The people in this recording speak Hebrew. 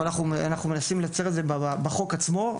אבל אנחנו מנסים לייצר את זה בחוק עצמו.